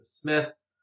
Smith